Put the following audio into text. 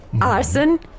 Arson